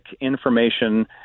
information